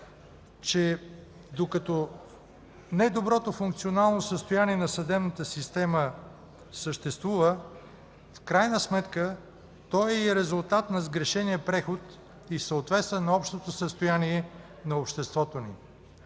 че докато недоброто функционално състояние на съдебната система съществува, в крайна сметка то е и резултат на сгрешения преход и съответства на общото състояние на обществото ни.